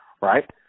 right